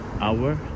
hour